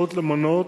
נאמן.